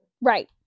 Right